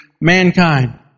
mankind